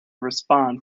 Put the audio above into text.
respond